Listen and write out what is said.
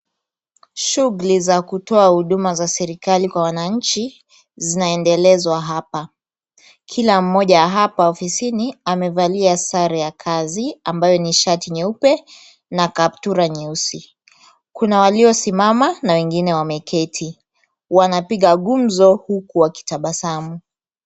Shughuli za kutoa huduma za serikali kwa wananchi zinaendelezwa hapa. Kila mmoja hapa ofisini amevalia sare ya kazi ambayo ni shati nyeupe na kaptura nyeusi. Kuna waliosimama na wengine wameketi. Wanapiga gumzo huku wakitabasamu.